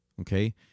Okay